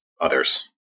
others